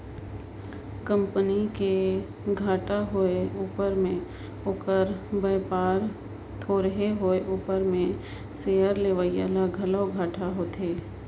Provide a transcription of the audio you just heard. company कर घाटा होए उपर में ओकर बयपार थोरहें होए उपर में सेयर लेवईया ल घलो घाटा होथे